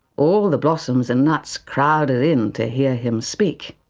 all the blossoms and nuts crowded in to hear him speak.